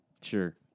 Sure